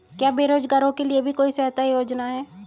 क्या बेरोजगारों के लिए भी कोई सहायता योजना है?